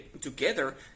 together